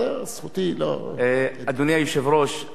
אדוני היושב-ראש,